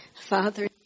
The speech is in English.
Father